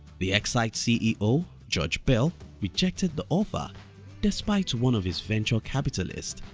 the excite ceo george bell rejected the offer despite one of his venture capitalists,